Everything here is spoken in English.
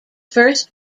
first